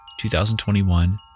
2021